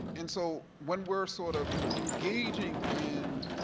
and so when we're sort of engaging in,